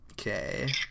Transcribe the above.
Okay